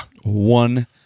One